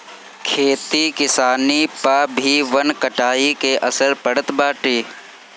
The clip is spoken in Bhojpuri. खेती किसानी पअ भी वन कटाई के असर पड़त बाटे